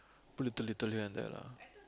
put little little here and there lah